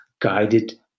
guided